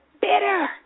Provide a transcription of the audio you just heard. bitter